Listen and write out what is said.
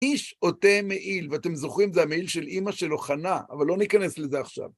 איש עוטה מעיל, ואתם זוכרים, זה המעיל של אמא שלו, חנה, אבל לא ניכנס לזה עכשיו.